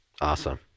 Awesome